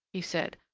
he said,